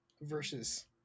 versus